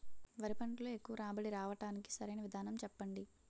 వరి పంటలో ఎక్కువ రాబడి రావటానికి సరైన విధానం చెప్పండి?